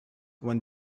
when